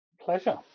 Pleasure